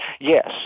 Yes